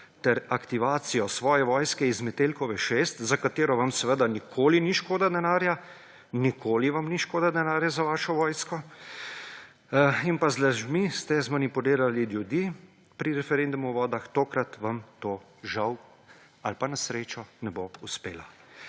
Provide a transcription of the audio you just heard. ter aktivacijo svoje vojske z Metelkove 6, za katero vam seveda nikoli ni škoda denarja, nikoli vam ni škoda denarja za vašo vojsko, in pa z lažmi ste zmanipulirali ljudi pri referendumu o vodah; tokrat vam to žal ali pa na srečo ne bo uspelo.